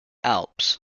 alps